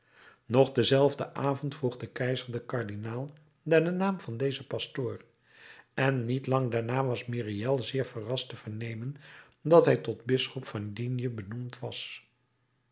nog denzelfden avond vroeg de keizer den kardinaal naar den naam van dezen pastoor en niet lang daarna was myriel zeer verrast te vernemen dat hij tot bisschop van digne benoemd was